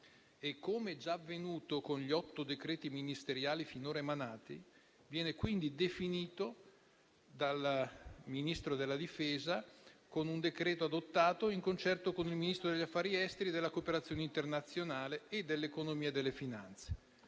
e, come già avvenuto con gli otto decreti ministeriali finora emanati, viene quindi definito dal Ministro della difesa con un decreto adottato di concerto con il Ministro degli affari esteri e della cooperazione internazionale e il Ministro dell'economia e delle finanze,